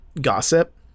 gossip